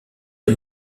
les